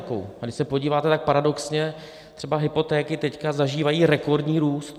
Když se podíváte, tak paradoxně třeba hypotéky teď zažívají rekordní růst.